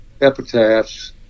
epitaphs